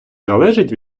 залежить